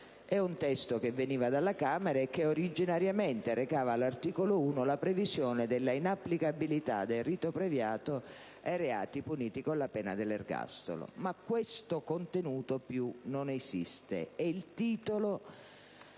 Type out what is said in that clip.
Il testo, già licenziato dalla Camera, originariamente recava all'articolo 1 la previsione della inapplicabilità del rito abbreviato ai reati puniti con la pena dell'ergastolo. Ma questo contenuto non esiste più,